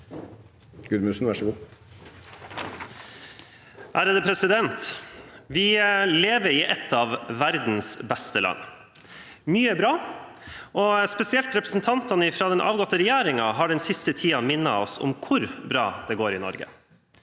Gudmundsen (H) Vi lever i et av verdens beste land. Mye er bra, og spesielt representantene fra den avgåtte regjeringen har den siste tiden minnet oss om hvor bra det går i Norge.